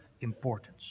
importance